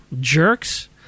jerks